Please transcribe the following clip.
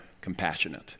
compassionate